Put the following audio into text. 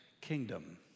kingdom